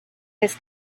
his